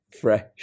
fresh